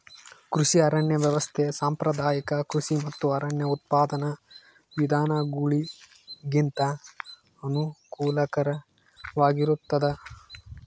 ಕೃಷಿ ಅರಣ್ಯ ವ್ಯವಸ್ಥೆ ಸಾಂಪ್ರದಾಯಿಕ ಕೃಷಿ ಮತ್ತು ಅರಣ್ಯ ಉತ್ಪಾದನಾ ವಿಧಾನಗುಳಿಗಿಂತ ಅನುಕೂಲಕರವಾಗಿರುತ್ತದ